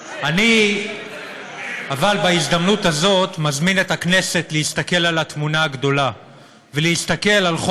אני בהזדמנות הזאת מזמין את הכנסת להסתכל על התמונה הגדולה